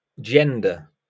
gender